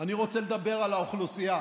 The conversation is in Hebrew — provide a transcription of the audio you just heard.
אני רוצה לדבר על האוכלוסייה.